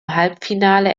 halbfinale